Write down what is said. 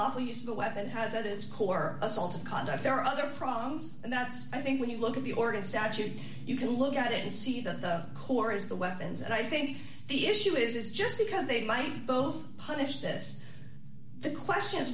unlawful use the weapon has it is core assault conduct there are other problems and that's i think when you look at the organ statute you can look at it and see that the core is the weapons and i think the issue is just because they might both punish this the question is